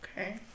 Okay